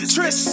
Tris